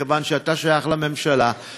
מכיוון שאתה שייך לממשלה,